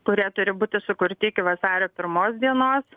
kurie turi būti sukurti iki vasario pirmos dienos